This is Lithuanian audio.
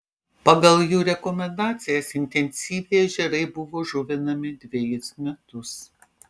pagal jų rekomendacijas intensyviai ežerai buvo žuvinami dvejus metus